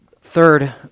third